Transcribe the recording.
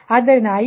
ಆದ್ದರಿಂದ i 2